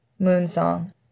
Moonsong